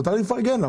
מותר לי לפרגן לה.